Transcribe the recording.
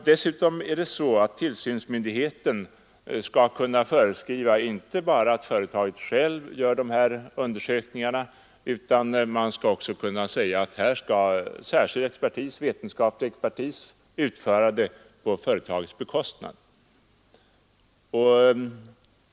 Dessutom föreslås att tillsynsmyndigheten skall kunna föreskriva inte bara att företaget självt gör dessa undersökningar utan också att särskild vetenskaplig expertis skall utföra undersökningarna på företagets bekostnad.